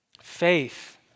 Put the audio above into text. Faith